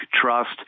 trust